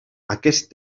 aquest